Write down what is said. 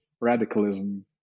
radicalism